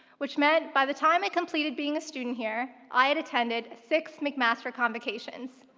which meant by the time i completed being a student here i had attended six mcmaster convocations.